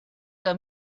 que